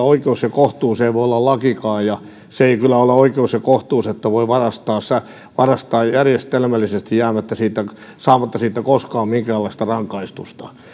oikeus ja kohtuus ei voi olla lakikaan ja se ei kyllä ole oikeus ja kohtuus että voi varastaa järjestelmällisesti saamatta siitä saamatta siitä koskaan minkäänlaista rangaistusta